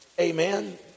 Amen